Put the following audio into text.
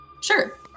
Sure